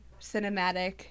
cinematic